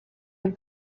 have